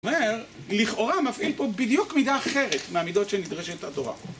ואומר, לכאורה מפעיל פה בדיוק מידה אחרת מהמידות שנדרשת התורה.